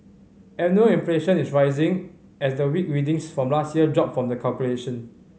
annual inflation is rising as the weak readings from last year drop from the calculation